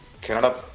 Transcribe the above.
Canada